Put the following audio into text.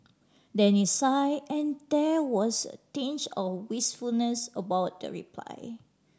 Danny sigh and there was a tinge of wistfulness about the reply